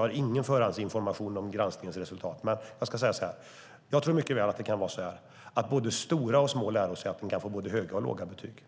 har ingen förhandsinformation om granskningens resultat och vet ännu inget. Men jag tror mycket väl att såväl stora som små lärosäten kan få både höga och låga betyg.